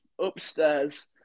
upstairs